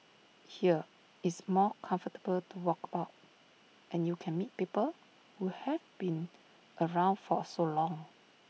here it's more comfortable to walk about and you can meet people who've been around for so long